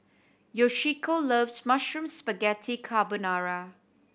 Yoshiko loves Mushroom Spaghetti Carbonara